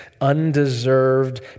undeserved